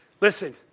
listen